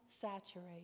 saturate